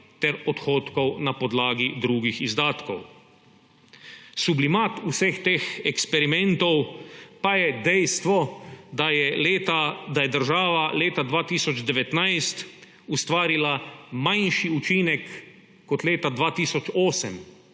ter odhodkov na podlagi drugih izdatkov. Sublimat vseh teh eksperimentov pa je dejstvo, da je država leta 2019 ustvarila manjši učinek kot leta 2008,